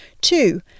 Two